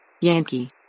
Yankee